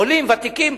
עולים וותיקים,